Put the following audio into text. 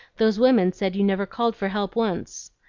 those women said you never called for help once.